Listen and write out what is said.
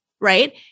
right